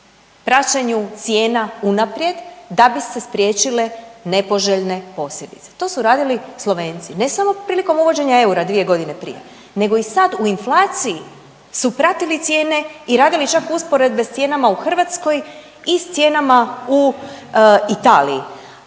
praćenju cijena unaprijed da bi se spriječile nepoželjne posljedice? To su radili Slovenci, ne samo prilikom uvođenja eura 2 godine prije nego i sad u inflaciji su pratili cijene i radili čak usporedbe s cijenama u Hrvatskoj i s cijenama u Italiji.